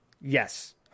Yes